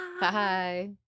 Bye